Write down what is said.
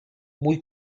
mój